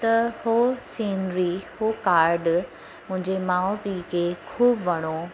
त हो सिनरी हो कार्ड मुंहिंजे माउ पीउ खे ख़ूब वणो